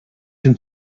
hin